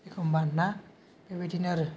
एखम्बा ना बेबायदिनो आरो